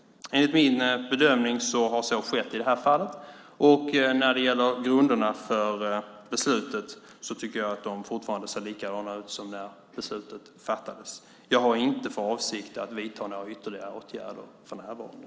Enligt min bedömning har så skett i detta fall. När det gäller grunderna för beslutet ser de fortfarande likadana ut som när beslutet fattades. Jag har inte för avsikt att vidta några ytterligare åtgärder för närvarande.